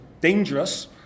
dangerous